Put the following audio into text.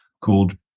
called